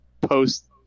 post